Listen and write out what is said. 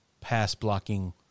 pass-blocking